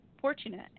fortunate